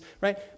right